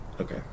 Okay